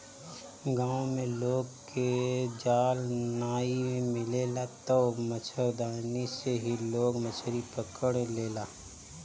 गांव में लोग के जाल नाइ मिलेला तअ मछरदानी से ही लोग मछरी पकड़ लेला